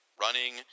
running